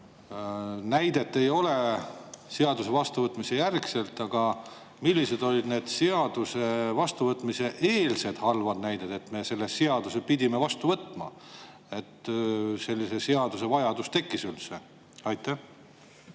näidet ei ole seaduse vastuvõtmise järgselt olnud. Aga ma küsiksin seda, millised olid seaduse vastuvõtmise eelsed halvad näited, et me selle seaduse pidime vastu võtma ja sellise seaduse vajadus tekkis üldse. Aitäh!